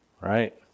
right